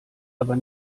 aber